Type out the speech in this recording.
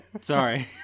Sorry